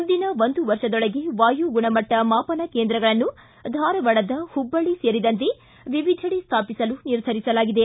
ಮುಂದಿನ ಒಂದು ವರ್ಷದೊಳಗೆ ವಾಯು ಗುಣಮಟ್ಟ ಮಾಪನ ಕೇಂದ್ರಗಳನ್ನು ಧಾರವಾಡದ ಹುಬ್ಲಳ್ಳ ಸೇರಿದಂತೆ ವಿವಿಧೆಡೆ ಸ್ಥಾಪಿಸಲು ನಿರ್ಧರಿಸಲಾಗಿದೆ